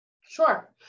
Sure